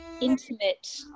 intimate